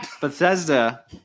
Bethesda